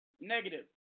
negative